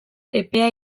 epea